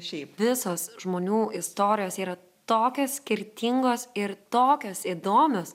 šiaip visos žmonių istorijos yra tokios skirtingos ir tokios įdomios